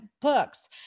books